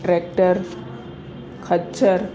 tractor खच्चर